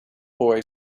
boy